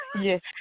Yes